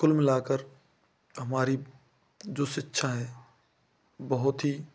कुल मिला कर हमारी जो शिक्षा है बहुत ही